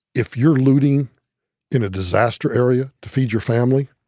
if you're looting in a disaster area to feed your family,